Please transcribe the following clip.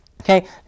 Okay